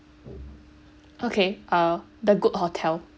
okay uh the good hotel